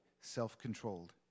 self-controlled